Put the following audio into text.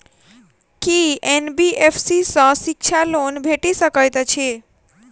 की NBFC सँ शिक्षा loan भेटि सकैत अछि?